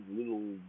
little